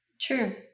True